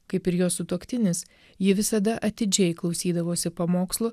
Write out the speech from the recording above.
kaip ir jos sutuoktinis ji visada atidžiai klausydavosi pamokslų